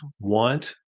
want